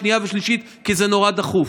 שנייה ושלישית כי זה נורא דחוף.